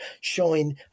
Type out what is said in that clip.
showing